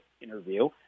interview